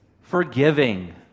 Forgiving